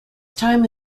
time